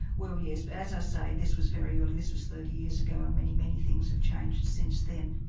well yes, as i say this was very early, this was thirty years ago and many, many things have changed since then.